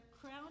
Crown